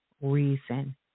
reason